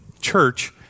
Church